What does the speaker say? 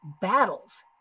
battles